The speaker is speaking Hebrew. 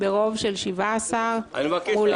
ננעלה בשעה 10:20.